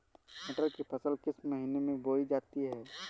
मटर की फसल किस महीने में बोई जाती है?